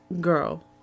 girl